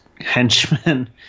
henchmen